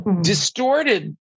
distorted